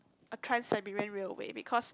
a Trans Siberian Railway because